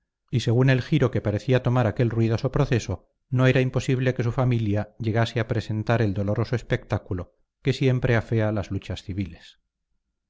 y según el giro que parecía tomar aquel ruidoso proceso no era imposible que su familia llegase a presentar el doloroso espectáculo que siempre afea las luchas civiles